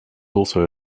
also